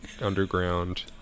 underground